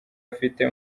afite